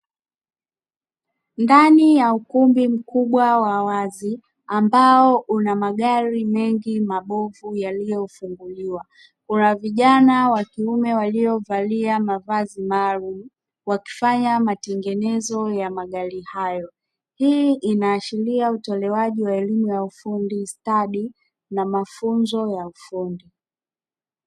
Ndani ya ukumbi mkubwa wa wazi ambao una magari mengi mabovu yaliyofunguliwa kuna vijana wakiume waliovalia mavazi maalumu wakifanya matengenezo ya magari hayo, hii inaashiria utolewaji wa elimu ya ufundi stadi na mafunzo ya ufundi.